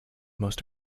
most